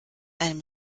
einem